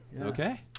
Okay